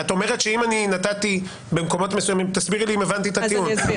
תסבירי לי אם הבנתי את הטיעון.